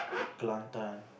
Kelantan